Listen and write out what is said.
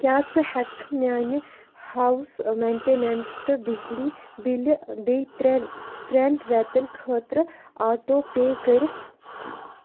کیٛاہ ژٕ ہٮ۪ککھٕ میٛانہِ ہاوُس مینٹٮ۪نَنٕس تہٕ بِجلی بِلہِ بیٚیہِ ترٛٮ۪ن ترٛٮ۪ن رٮ۪تن خٲطرٕ آٹو پے کٔرِتھ